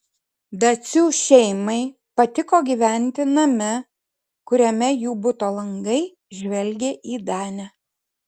dacių šeimai patiko gyventi name kuriame jų buto langai žvelgė į danę